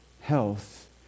health